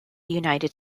united